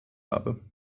habe